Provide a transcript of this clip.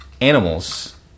animals